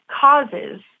causes